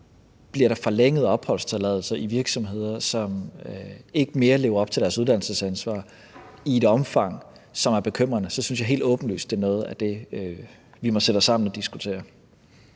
bliver der forlængede opholdstilladelser i virksomheder, som ikke længere lever op til deres uddannelsesansvar, i et omfang, som er bekymrende, synes jeg helt åbenlyst, at det er noget af det, vi må sætte os sammen og diskutere.